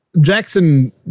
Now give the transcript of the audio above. Jackson